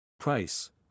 Price